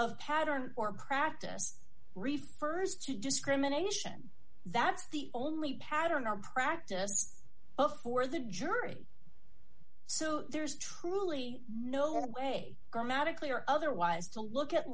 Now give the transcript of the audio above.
of pattern or practice re st to discrimination that's the only pattern or practice before the jury so there's truly no way grammatically or otherwise to look at